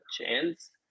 chance